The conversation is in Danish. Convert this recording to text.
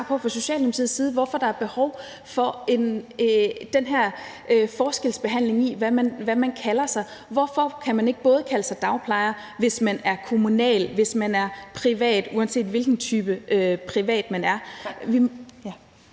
fra Socialdemokratiets side fået svar på, hvorfor der er behov for den her forskelsbehandling, i forhold til hvad man kalder sig. Hvorfor kan man ikke både kalde sig dagplejer, hvis man er kommunal, og hvis man er privat, uanset hvilken type privat man er?